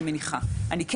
אנחנו,